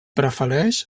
prefereix